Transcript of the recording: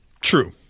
True